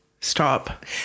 Stop